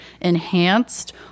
enhanced